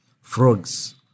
frogs